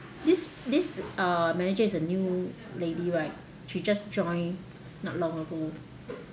this this uh manager is a new lady right she just join not long ago